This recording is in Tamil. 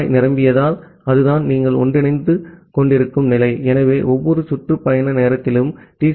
குழாய் நிரம்பியிருந்தால் அதுதான் நீங்கள் ஒன்றிணைந்து கொண்டிருக்கும் நிலை ஆகவே ஒவ்வொரு சுற்று பயண நேரத்திலும் டி